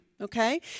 okay